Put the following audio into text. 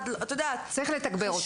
צריך לתגבר אותו.